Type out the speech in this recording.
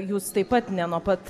jūs taip pat ne nuo pat